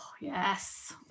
yes